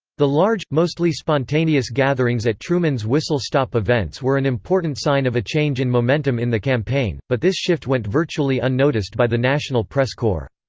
the large, mostly spontaneous gatherings at truman's whistle-stop events were an important sign of a change in momentum in the campaign, but this shift went virtually unnoticed by the national press corps.